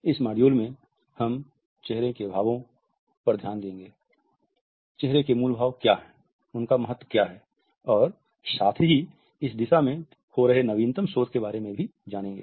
इस मॉड्यूल में हम चेहरे के भावों पर ध्यान देंगे चेहरे के मूल भाव क्या हैं उनका महत्व क्या है और साथ ही इस दिशा में हो रहे नवीनतम शोध के बारे में भी जानेंगे